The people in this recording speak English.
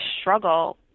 struggle